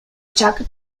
chuck